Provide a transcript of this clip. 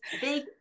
big